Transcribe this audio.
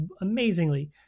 amazingly